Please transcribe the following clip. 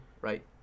right